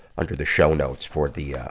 under the show notes for the, yeah